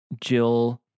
jill